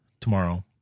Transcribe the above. tomorrow